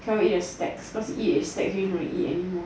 the snacks cause you eat the snakcs already you cannot eat anymore